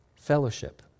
fellowship